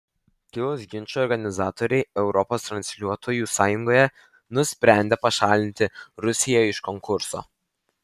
kilus ginčui organizatoriai europos transliuotojų sąjungoje nusprendė pašalinti rusiją iš konkurso